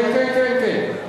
כן, כן, כן.